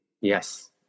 Yes